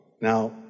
Now